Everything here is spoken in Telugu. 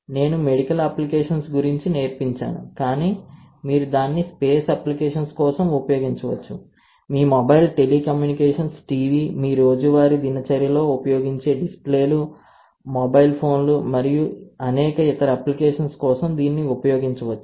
నేను మెడికల్ అప్లికేషన్స్ గురించి నేర్పించాను కానీ మీరు దానిని స్పేస్ అప్లికేషన్స్ కోసం ఉపయోగించవచ్చు మీ మొబైల్ టెలికమ్యూనికేషన్స్ టీవీ మీ రోజువారీ దినచర్యలో ఉపయోగించే డిస్ప్లేలు మొబైల్ ఫోన్లు మరియు అనేక ఇతర అప్లికేషన్స్ కోసం దీన్ని ఉపయోగించవచ్చు